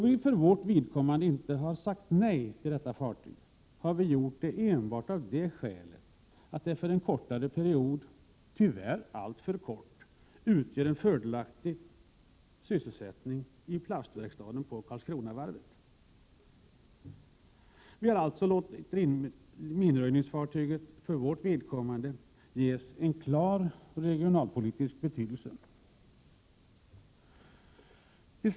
Vi för vårt vidkommande har inte sagt nej till detta fartyg enbart av det skälet att det för en kortare period, tyvärr alltför kort, utgör en fördelaktig sysselsättning i plastverkstaden på Karlskronavarvet. Vi har alltså för vårt vidkommande låtit minröjningsfartyget ges en klar regionalpolitisk betydelse.